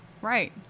Right